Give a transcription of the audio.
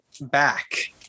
back